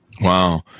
Wow